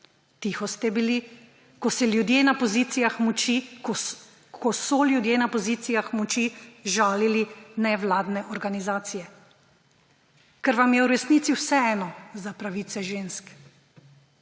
Tiho ste bili, ko so ljudje na pozicijah moči žalili nevladne organizacije. Ker vam je v resnici vseeno za pravice žensk,